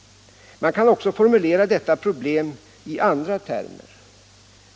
Man kan också formulera detta problem i andra termer.